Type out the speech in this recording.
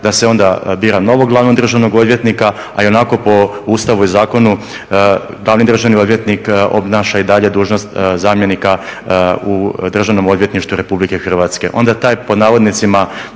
da se onda bira novog glavnog državnog odvjetnika, a i onako po Ustavu i zakonu glavni državni odvjetnik obnaša i dalje dužnost zamjenika u Državnom odvjetništvu Republike Hrvatske.